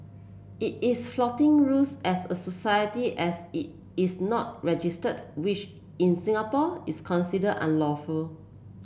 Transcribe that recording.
it is flouting rules as a society as it is not registered which in Singapore is considered unlawful